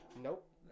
Nope